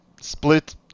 split